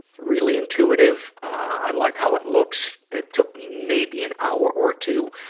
really intuitive. i like how it looks. it took me maybe an hour or two,